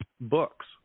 books